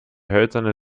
hölzerne